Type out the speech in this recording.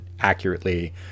accurately